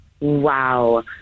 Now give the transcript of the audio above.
Wow